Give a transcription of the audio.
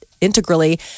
integrally